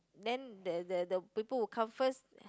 then there there there the people will come first